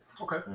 Okay